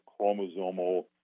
chromosomal